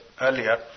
earlier